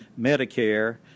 Medicare